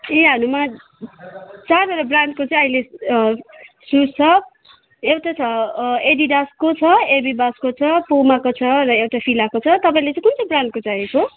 ए हाम्रोमा चारवटा ब्रान्डको चाहिँ अहिले सुज छ एउटा छ एडिडासको छ एबिबासको छ पुमाको छ फिलाको छ तपाईँलाई चाहिँ कुन चाहिँ ब्रान्डको चाहिएको